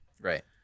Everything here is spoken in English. Right